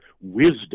wisdom